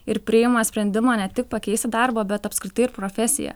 ir priima sprendimą ne tik pakeisti darbą bet apskritai ir profesiją